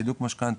סילוק משכנתא,